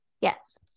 yes